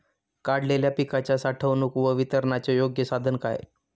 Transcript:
काढलेल्या पिकाच्या साठवणूक व वितरणाचे योग्य साधन काय?